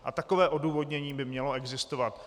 A takové odůvodnění by mělo existovat.